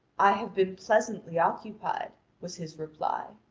i have been pleasantly occupied, was his reply.